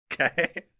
Okay